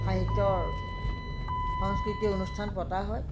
সাহিত্যৰ সংস্কৃতিৰ অনুষ্ঠান পতা হয়